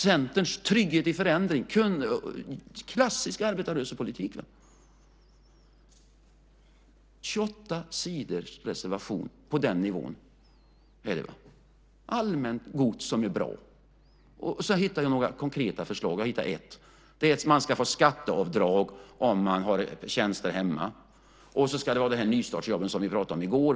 Centern vill ha trygghet i förändring. Det är en klassisk arbetarrörelsepolitik. En reservation på 28 sidor, och på den nivån är det, allmängods som är bra. Sedan hittar jag ett konkret förslag, och det är att man vill införa skatteavdrag om man utnyttjar hushållstjänster och sedan ska det vara detta med nystartsjobben som vi pratade om i går.